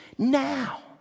Now